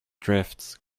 drifts